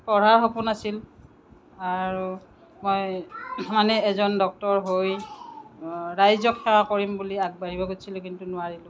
পঢ়াৰ সপোন আছিল আৰু মই মানে এজন ডক্টৰ হৈ ৰাইজক সেৱা কৰিম বুলি আগবাঢ়িব খুজিছিলোঁ কিন্তু নোৱাৰিলোঁ